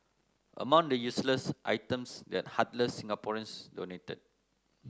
among the useless items that heartless Singaporeans donated